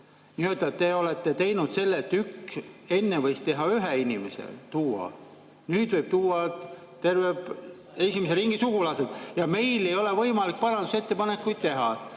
Te olete teinud selle tüki, et enne võis ühe inimese tuua, nüüd võib tuua terve esimese ringi sugulased. Ja meil ei ole võimalik parandusettepanekuid teha.